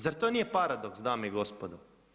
Zar to nije paradoks dame i gospodo?